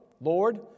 Lord